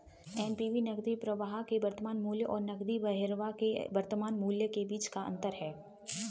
NPV नकदी प्रवाह के वर्तमान मूल्य और नकदी बहिर्वाह के वर्तमान मूल्य के बीच का अंतर है